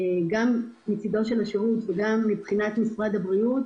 גם מצידו של השירות וגם מבחינת משרד הבריאות